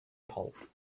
pulp